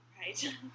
right